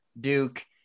Duke